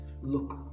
Look